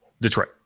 Detroit